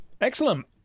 Excellent